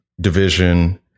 Division